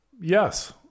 Yes